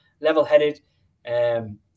level-headed